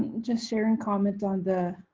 just sharing comments on the